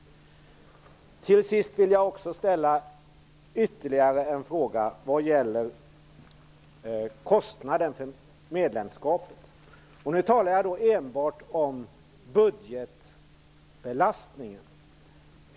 Till sist vill jag ställa ytterligare en fråga som gäller kostnaden för medlemskapet, och då talar jag enbart om budgetbelastningen.